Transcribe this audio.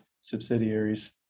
subsidiaries